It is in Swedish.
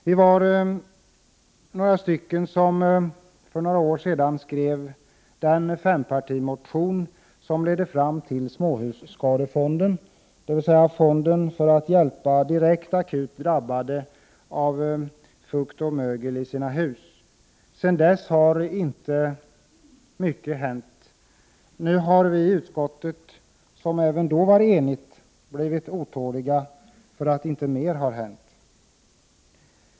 Vi var några stycken som för några år sedan skrev den fempartimotion som ledde fram till småhusskadefonden, dvs. fonden för att direkt hjälpa dem som akut drabbats av fukt och mögel i sina hus. Sedan dess har inte mycket hänt. Nu har vi i utskottet, som även då var enigt, blivit otåliga för att inte mer har hänt.